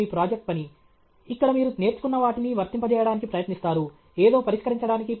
లో మీ ప్రాజెక్ట్ పని ఇక్కడ మీరు నేర్చుకున్న వాటిని వర్తింపజేయడానికి ప్రయత్నిస్తారు ఏదో పరిష్కరించడానికి